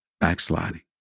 backsliding